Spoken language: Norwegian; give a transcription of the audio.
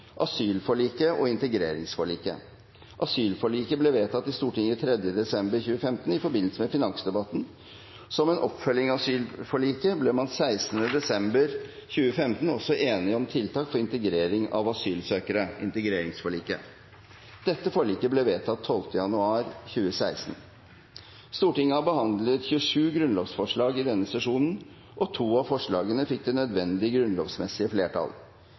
asylforliket og integreringsforliket. Asylforliket ble vedtatt i Stortinget den 3. desember 2015, i forbindelse med finansdebatten. Som en oppfølging av asylforliket ble man den 16. desember 2015 også enig om tiltak for integrering av asylsøkere, integreringsforliket. Dette forliket ble vedtatt den 12. januar 2016. Stortinget har behandlet 27 grunnlovsforslag i denne sesjonen, og to av forslagene fikk det nødvendige grunnlovsmessige flertall.